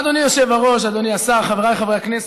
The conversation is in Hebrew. אדוני היושב-ראש, אדוני השר, חבריי חברי הכנסת,